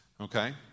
Okay